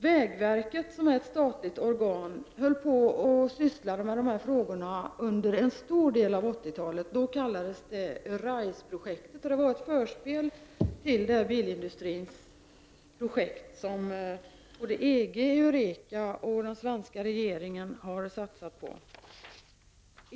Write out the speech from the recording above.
Vägverket, som är ett statligt organ, sysslade med dessa frågor under en stor del av 1980-talet. Då kallades det Arise-projektet. Det var ett förstadium till det bilindustriprojekt som EG, Eureka och den svenska regeringen har satsat på.